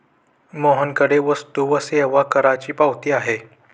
मोहनकडे वस्तू व सेवा करची पावती आहे